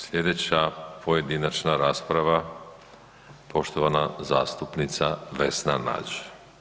Sljedeća pojedinačna rasprava poštovana zastupnica Vesna Nađ.